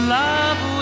love